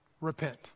Repent